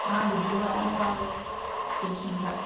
ꯃꯥꯡꯒꯤꯕꯁꯨ ꯃꯌꯥꯝ ꯌꯥꯎꯔꯦ ꯎꯆꯦꯛꯁꯤꯡꯗ